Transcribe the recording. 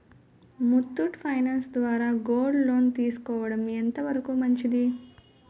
Muthoot finance ద్వారా gold loan తీసుకోవడం ఎంత వరకు మంచిది?